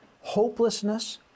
hopelessness